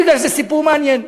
בגלל שזה סיפור מעניין.